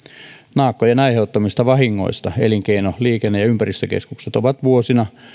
naakkojen aiheuttamista vahingoista elinkeino liikenne ja ympäristökeskukset ovat vuosina